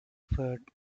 feared